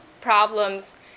problems